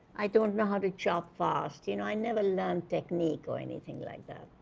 i don't know how to chop fast. you know i never learned technique or anything like that.